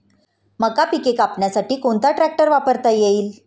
मका पिके कापण्यासाठी कोणता ट्रॅक्टर वापरता येईल?